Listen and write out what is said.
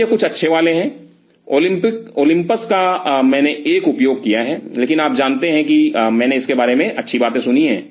तो ये कुछ अच्छे वाले हैं ओलिम्पस का मैने एक उपयोग किया है लेकिन आप जानते हैं कि मैंने इसके बारे में अच्छी बातें सुनी हैं